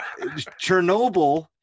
Chernobyl